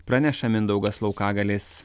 praneša mindaugas laukagalis